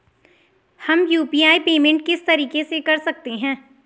हम UPI payment किस तरीके से कर सकते हैं?